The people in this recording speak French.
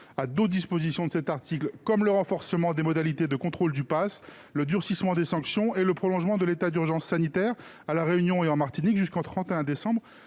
à d'autres dispositions de cet article, comme le renforcement des modalités de contrôle du passe, le durcissement des sanctions et le prolongement de l'état d'urgence sanitaire à La Réunion et en Martinique jusqu'au 31 mars